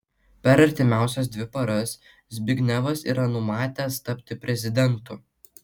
per artimiausias dvi paras zbignevas yra numatęs tapti prezidentu